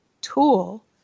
tool